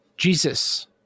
Jesus